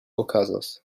okazos